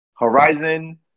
Horizon